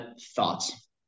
thoughts